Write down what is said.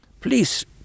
Please